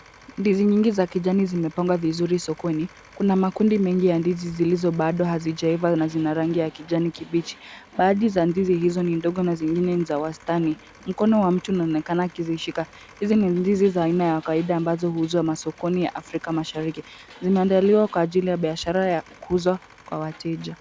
Ndizi nyingi za kijani zimepangwa vizuri sokoni. Kuna makundi mengi ya ndizi zilizo bado hazijaiva na zina rangi ya kijani kibichi. Baadhi za ndizi hizo ni ndogo na zingine ni za wastani. Mkono wa mtu unaonekana akizishika. Hizi ni ndizi za aina ya kawaida ambazo huuzwa masokoni Afrika mashariki. Zimeandaliwa kwa ajili ya biashara ya kuuzwa kwa wateja.